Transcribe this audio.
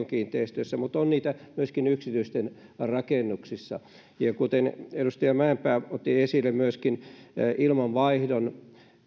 kiinteistöissä mutta on niitä myöskin yksityisten rakennuksissa edustaja mäenpää otti esille myöskin ilmanvaihdon